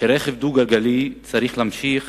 שרכב דו-גלגלי צריך להמשיך